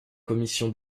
commission